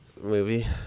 movie